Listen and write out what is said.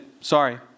sorry